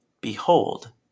Behold